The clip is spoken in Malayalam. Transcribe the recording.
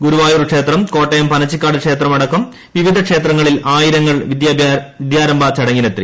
ഗുരുവായൂർ ക്ഷേത്രം കോട്ടയം പനച്ചിക്കാട് ക്ഷേത്രം അടക്കം ക്ഷേത്രങ്ങളിലും ആയിരങ്ങൾ വിദ്യാരംഭ ചടങ്ങിനെത്തി